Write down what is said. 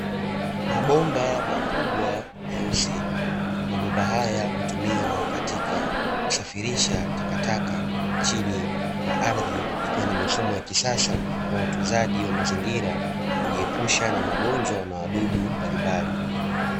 Mabomba makubwa meusi, mabomba haya hutumiwa katika kusafirisha takataka chini ya ardhi, ikiwa ni mifumo ya kisasa kwa utunzaji wa mazingira kujiepusha na magonjwa na wadudu mbalimbali.